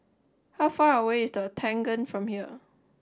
how far away is The Octagon from here